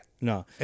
no